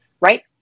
right